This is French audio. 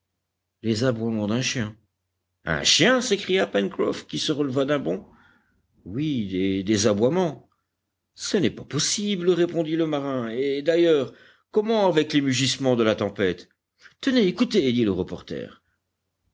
les aboiements d'un chien un chien s'écria pencroff qui se releva d'un bond oui des aboiements ce n'est pas possible répondit le marin et d'ailleurs comment avec les mugissements de la tempête tenez écoutez dit le reporter